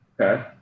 Okay